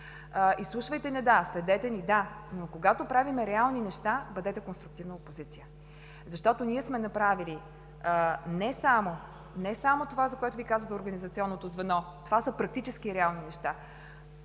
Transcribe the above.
изслушвайте ни, да; следете ни, да. Когато обаче правим реални неща, бъдете конструктивна опозиция. Ние сме направили не само това, за което Ви казах – организационното звено. Това са практическите, реалните неща.